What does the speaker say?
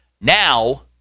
Now